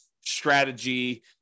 strategy